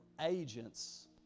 agents